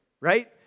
right